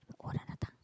orang datang